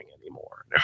anymore